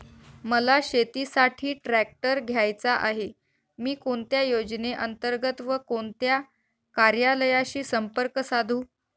मला शेतीसाठी ट्रॅक्टर घ्यायचा आहे, मी कोणत्या योजने अंतर्गत व कोणत्या कार्यालयाशी संपर्क साधू?